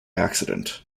accident